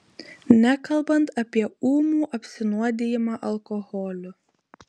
nekalbant apie ūmų apsinuodijimą alkoholiu